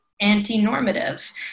anti-normative